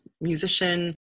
musician